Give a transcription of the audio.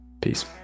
Peace